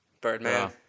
Birdman